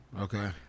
Okay